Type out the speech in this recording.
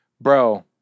bro